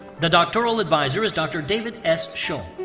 the doctoral advisor is dr. david s. sholl.